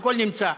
הכול נמצא,